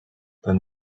then